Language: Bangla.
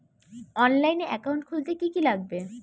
অনলাইনে একাউন্ট খুলতে কি কি লাগবে?